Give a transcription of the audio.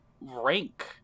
rank